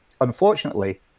Unfortunately